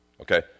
Okay